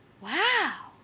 Wow